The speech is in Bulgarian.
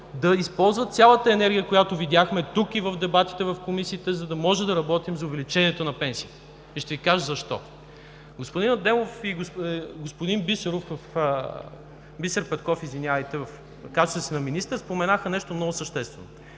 да използват цялата енергия, която видяхме тук и в дебатите в комисиите, за да може да работим за увеличението на пенсиите и ще Ви кажа защо. Господин Адемов и господин Бисер Петков в качеството на министър споменаха нещо много съществено.